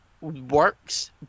works